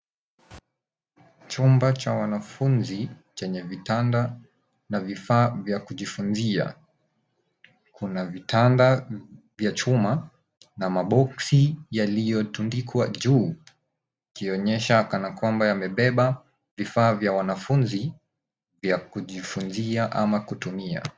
Chumba cha wanafunzi chenye vitanda na vifaa vya kujifunzia. Kuna vitanda vya chuma na boxes yaliyotundikwa juu ikionyesha kana kwamba yamebeba vifaa vya wanafunzi vya kujifunzia ama kutumia.